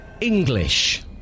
English